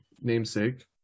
namesake